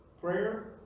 Prayer